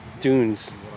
dunes